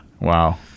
Wow